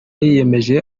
yiyemeje